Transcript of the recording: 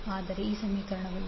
647 j1